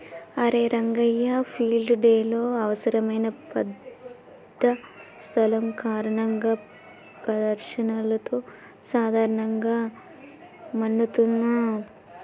అరే రంగయ్య ఫీల్డ్ డెలో అవసరమైన పెద్ద స్థలం కారణంగా ప్రదర్శనలతో సాధారణంగా మన్నుతున్న పోటీలు అసోంటివి ఉండవచ్చా